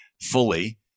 fully